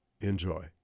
Enjoy